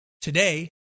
Today